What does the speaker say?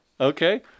Okay